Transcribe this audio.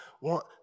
want